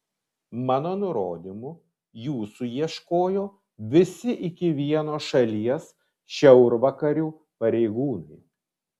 mano nurodymu jūsų ieškojo visi iki vieno šalies šiaurvakarių pareigūnai